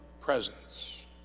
presence